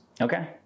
Okay